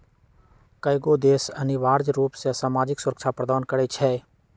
कयगो देश अनिवार्ज रूप से सामाजिक सुरक्षा प्रदान करई छै